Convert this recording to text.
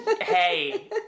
Hey